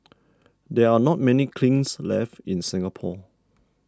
there are not many kilns left in Singapore